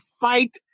fight